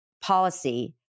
policy